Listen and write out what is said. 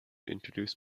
introduce